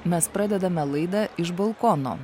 mes pradedame laidą iš balkono